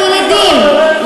הילידים,